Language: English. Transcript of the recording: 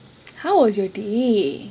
how was your day